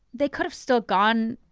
they could have still gone,